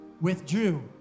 withdrew